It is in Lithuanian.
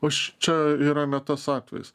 o šičia yra ne tas atvejis